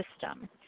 system